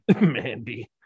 Mandy